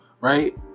right